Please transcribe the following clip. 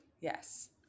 yes